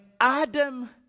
Adam